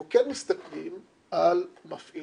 אנחנו כן מסתכלים על מפעילים